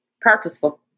Purposeful